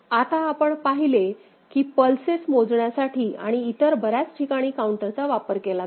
आता आपण पाहिले आहे की पल्सेस मोजण्यासाठी आणि इतर बऱ्याच ठिकाणी काउंटरचा वापर केला जातो